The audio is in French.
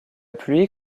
pluie